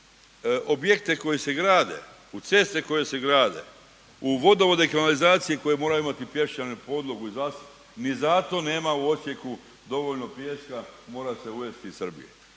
u objekte koji se grade, u ceste koje se grade, u vodovode i kanalizacije koje moraju imati pješčanu podlogu i …/nerazumljivo/… ni zato nema u Osijeku dovoljno pijeska mora se uvesti iz Srbije.